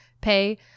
pay